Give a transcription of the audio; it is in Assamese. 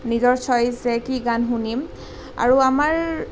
নিজৰ চইচ কি গান শুনিম আৰু আমাৰ